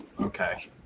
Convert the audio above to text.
Okay